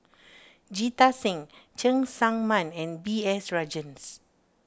Jita Singh Cheng Tsang Man and B S Rajhans